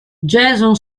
jason